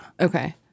Okay